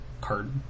card